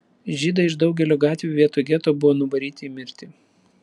žydai iš daugelio gatvių vietoj geto buvo nuvaryti į mirtį